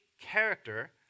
character